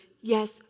yes